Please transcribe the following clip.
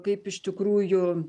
kaip iš tikrųjų